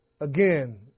again